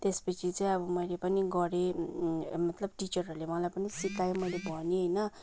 त्यसपछि चाहिँ अब मैले पनि गरेँ मतलब टिचरहरूले मलाई पनि सिकायो मैले भनेँ होइन